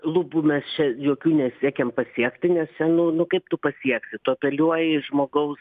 lubų mes čia jokių nesiekiam pasiekti nes nu nu kaip tu pasieksi tu apeliuoji žmogaus